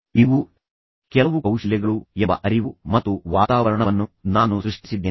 ಇವು ಕೆಲವು ಕೌಶಲ್ಯಗಳು ಎಂಬ ಅರಿವು ಮತ್ತು ವಾತಾವರಣವನ್ನು ನಾನು ಸೃಷ್ಟಿಸಿದ್ದೇನೆ